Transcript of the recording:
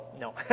No